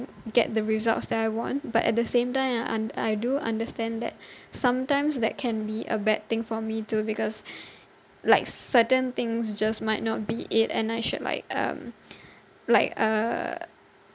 get the results that I want but at the same time I un~ I do understand that sometimes that can be a bad thing for me too because like certain things just might not be it and I should like um like uh